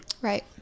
right